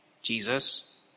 Jesus